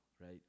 right